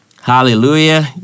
hallelujah